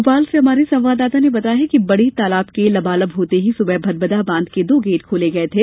भोपाल से हमारे संवाददाता ने बताया है कि बड़े तालाब के लबालब होते ही सुबह भदभदा बांध के दो गेट खोले गये थे